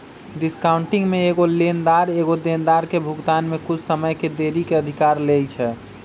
discounting में एगो लेनदार एगो देनदार के भुगतान में कुछ समय के देरी के अधिकार लेइ छै